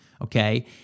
okay